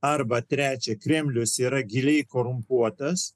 arba trečia kremlius yra giliai korumpuotas